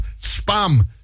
spam